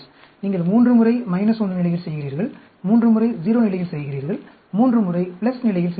நீங்கள் 3 முறை 1 நிலையில் செய்கிறீர்கள் 3 முறை 0 நிலையில் செய்கிறீர்கள் 3 முறை பிளஸ் நிலையில் செய்கிறீர்கள்